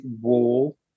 wall